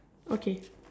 okay